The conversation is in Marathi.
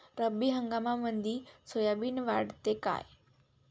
रब्बी हंगामामंदी सोयाबीन वाढते काय?